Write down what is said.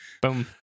Boom